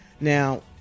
Now